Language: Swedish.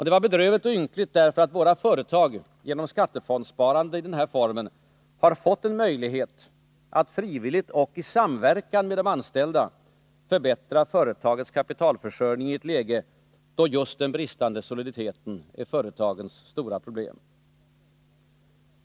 Det var bedrövligt och ynkligt därför att våra företag genom skattefondssparande i denna form har fått en möjlighet att frivilligt och i samverkan med de anställda förbättra företagets kapitalförsörjning i ett läge då just den bristande soliditeten är företagens stora problem.